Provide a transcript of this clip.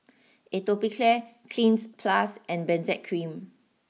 Atopiclair Cleanz Plus and Benzac cream